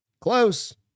Close